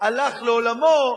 הלך לעולמו,